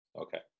okay